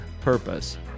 purpose